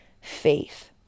faith